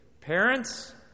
Parents